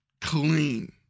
clean